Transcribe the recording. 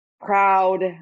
proud